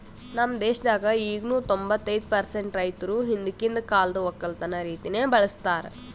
ನಮ್ ದೇಶದಾಗ್ ಈಗನು ತೊಂಬತ್ತೈದು ಪರ್ಸೆಂಟ್ ರೈತುರ್ ಹಿಂದಕಿಂದ್ ಕಾಲ್ದು ಒಕ್ಕಲತನ ರೀತಿನೆ ಬಳ್ಸತಾರ್